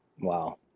Wow